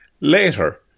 Later